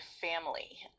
family